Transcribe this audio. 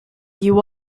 you